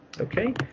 Okay